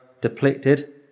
depleted